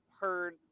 heard